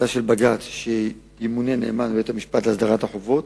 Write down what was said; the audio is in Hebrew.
8 מיליוני ש"ח לדאלית-אל-כרמל ועוספיא,